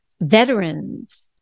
veterans